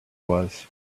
was